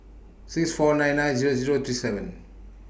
six four nine nine Zero Zero three seven